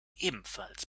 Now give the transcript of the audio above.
ebenfalls